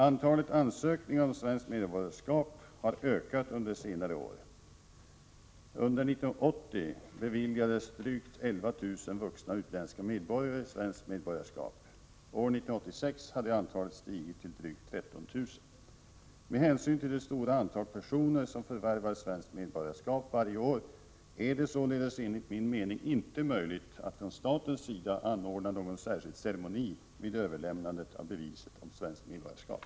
Antalet ansökningar om svenskt medborgarskap har ökat under senare år. Under 1980 beviljades drygt 11 000 vuxna utländska medborgare svenskt medborgarskap. År 1986 hade antalet stigit till drygt 13 000. Med hänsyn till det stora antal personer som förvärvar svenskt medborgarskap varje år är det således enligt min mening inte möjligt att från statens sida anordna någon särskild ceremoni vid överlämnandet av beviset om svenskt medborgarskap.